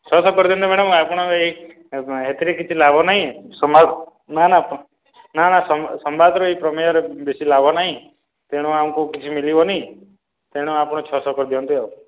ଛଅଶହ କରିଦିଅନ୍ତୁ ମ୍ୟାଡ଼ାମ୍ ଆପଣ ଏଇ ହେଥିରେ କିଛି ଲାଭ ନାହିଁ ନା ନା ନା ନା ସମ୍ବାଦର ଏଇ ପ୍ରମେୟର ବେଶି ଲାଭ ନାହିଁ ତେଣୁ ଆମକୁ କିଛି ମିଳିବନି ତେଣୁ ଆପଣ ଛଅଶହ କରିଦିଅନ୍ତୁ ଆଉ